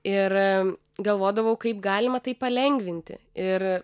ir galvodavau kaip galima tai palengvinti ir